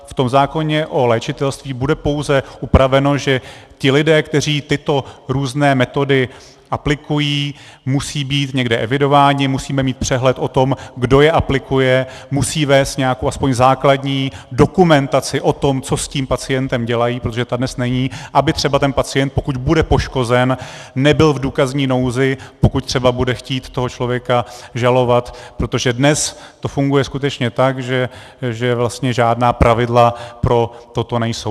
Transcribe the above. V zákoně o léčitelství bude pouze upraveno, že ti lidé, kteří tyto různé metody aplikují, musejí být někde evidováni, musíme mít přehled o tom, kdo je aplikuje, musejí vést aspoň nějakou základní dokumentaci o tom, co s tím pacientem dělají, protože ta dnes není, aby třeba ten pacient, pokud bude poškozen, nebyl v důkazní nouzi, pokud třeba bude chtít toho člověka žalovat, protože dnes to skutečně funguje tak, že vlastně žádná pravidla pro toto nejsou.